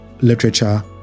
literature